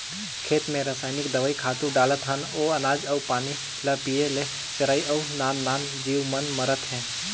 खेत मे रसइनिक दवई, खातू डालत हन ओ अनाज अउ पानी ल पिये ले चरई अउ नान नान जीव मन मरत हे